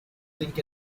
think